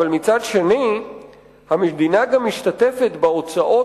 אבל מצד שני המדינה משתתפת בהוצאות